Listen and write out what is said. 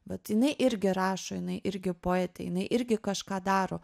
vat jinai irgi rašo jinai irgi poetė jinai irgi kažką daro